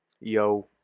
Yo